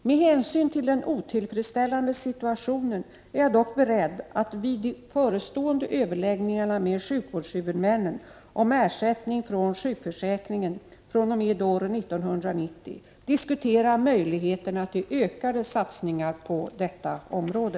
Med hänsyn till den otillfredsställande situationen är jag dock beredd att vid de förestående överläggningarna med sjukvårdshuvudmännen om ersättning från sjukförsäkringen fr.o.m. år 1990 diskutera möjligheterna till ökade satsningar på detta område.